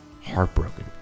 heartbroken